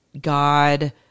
God